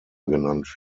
genannt